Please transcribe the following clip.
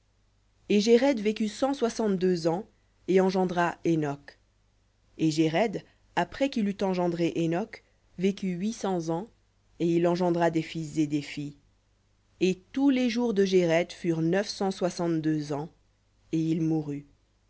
et jéred vécut cent soixante-deux ans et engendra hénoc et jéred après qu'il eut engendré hénoc vécut huit cents ans et il engendra des fils et des filles et tous les jours de jéred furent neuf cent soixante-deux ans et il mourut